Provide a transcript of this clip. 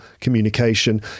communication